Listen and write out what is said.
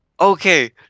Okay